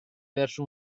verso